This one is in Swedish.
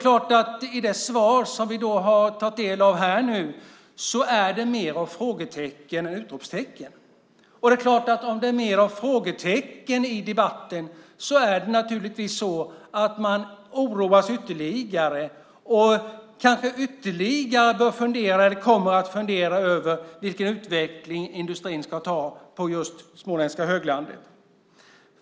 I det svar som vi har tagit del av i dag är det fler frågetecken än utropstecken. Med fler frågetecken i debatten oroas man ytterligare och funderar kanske ännu mer på vilken utveckling industrin kommer att få på Småländska höglandet.